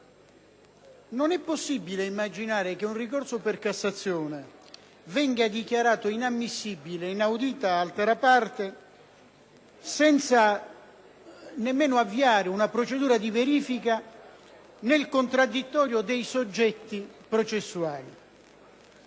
Non epossibile immaginare che un ricorso per Cassazione venga dichiarato inammissibile inaudita altera parte, senza nemmeno avviare una procedura di verifica nel contraddittorio dei soggetti processuali.